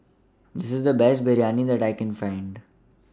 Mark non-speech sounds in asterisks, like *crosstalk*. *unintelligible* The Best Biryani that I Can Find